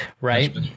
right